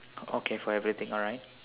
okay for everything alright